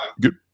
Good